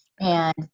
And-